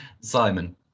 Simon